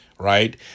Right